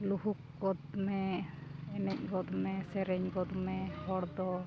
ᱞᱩᱦᱩᱠ ᱜᱚᱫ ᱢᱮ ᱮᱱᱮᱡ ᱜᱚᱫ ᱢᱮ ᱥᱮᱨᱮᱧ ᱜᱚᱫ ᱢᱮ ᱦᱚᱲ ᱫᱚ